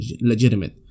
legitimate